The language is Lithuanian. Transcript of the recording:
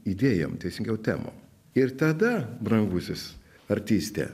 idėjom teisingiau temom ir tada brangusis artiste